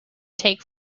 take